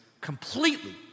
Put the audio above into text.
completely